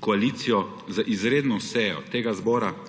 koalicijo z izredno sejo tega zbora